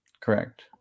Correct